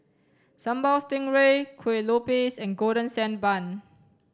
sambal stingray kuih lopes and golden sand bun